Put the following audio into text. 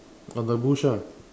on the bush ah